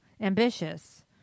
ambitious